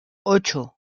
ocho